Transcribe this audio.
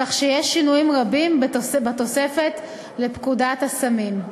כך שיש שינויים רבים בתוספת לפקודת הסמים.